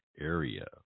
area